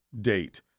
date